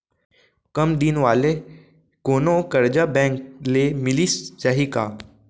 कम दिन वाले कोनो करजा बैंक ले मिलिस जाही का?